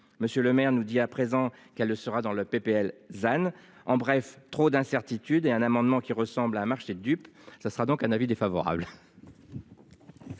Monsieur le maire nous dit à présent qu'elle le sera dans la PPL than en bref trop d'incertitudes et un amendement qui ressemble à un marché de dupes. Ce sera donc un avis défavorable.